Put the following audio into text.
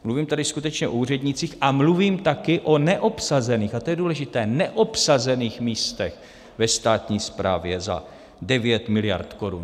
Mluvím tady skutečně o úřednících a mluvím taky o neobsazených, a to je důležité, neobsazených místech ve státní správě za 9 miliard korun.